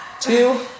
two